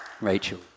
Rachel